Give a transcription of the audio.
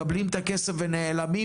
מקבלים את הכסף ונעלמים.